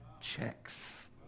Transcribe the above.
checks